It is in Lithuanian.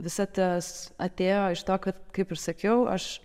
visa tas atėjo iš to kad kaip ir sakiau aš